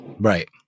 right